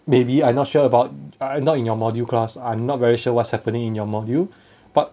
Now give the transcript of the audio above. maybe I not sure about I not in your module class I'm not very sure what's happening in your module but